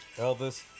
Elvis